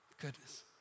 Goodness